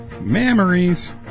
Memories